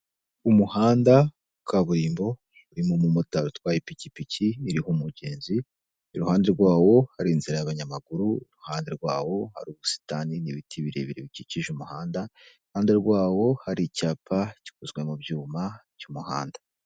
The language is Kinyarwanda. Umuhanda wa kaburimbo urimo umumotari utwaye ipikipiki iriho umugezi iruhande rwawo hari inzira y'abanyamaguru iruhande rwawo hari ubusitani n'ibiti birebire bikikije umuhanda, iruhande rwawo hari icyapa gikozwe mu byuma cy'umuhanda.